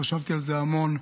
חשבתי על זה המון,